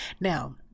now